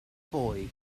boy